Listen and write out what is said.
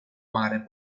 mare